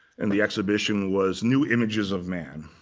and the exhibition was new images of man.